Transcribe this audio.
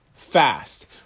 Fast